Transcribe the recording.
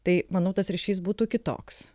tai manau tas ryšys būtų kitoks